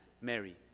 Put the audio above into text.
Mary